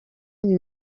nie